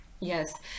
Yes